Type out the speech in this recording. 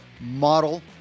model